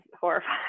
horrified